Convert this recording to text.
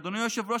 אדוני היושב-ראש,